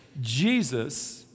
Jesus